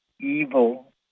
evil